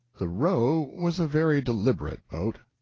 the roe was a very deliberate boat.